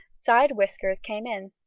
side whiskers came in.